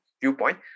viewpoint